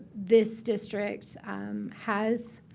this district has,